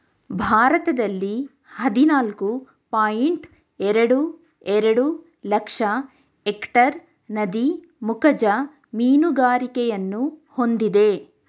ಭಾರತದಲ್ಲಿ ಹದಿನಾಲ್ಕು ಪಾಯಿಂಟ್ ಎರಡು ಎರಡು ಲಕ್ಷ ಎಕ್ಟೇರ್ ನದಿ ಮುಖಜ ಮೀನುಗಾರಿಕೆಯನ್ನು ಹೊಂದಿದೆ